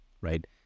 right